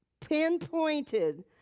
pinpointed